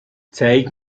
zeige